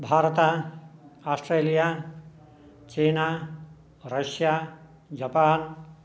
भारतम् Australia China Russia Japan